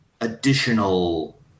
additional